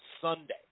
sunday